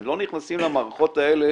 הם לא נכנסים למערכות האלה